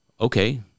okay